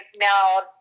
now